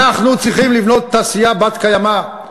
אנחנו צריכים לבנות תעשייה בת-קיימא.